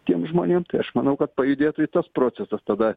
tiem žmonėm tai aš manau kad pajudėtų i tas procesas tada